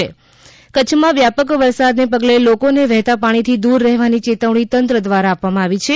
કચ્છ વરસાદ કચ્છ માં વ્યાપક વરસાદ ને પગલે લોકો ને વહેતા પાણી થી દૂર રહેવાની ચેતવણી તંત્ર દ્વારા આપવામાં આવી છે